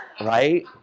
right